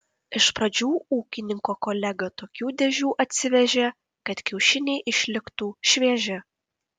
iš pradžių ūkininko kolega tokių dėžių atsivežė kad kiaušiniai išliktų švieži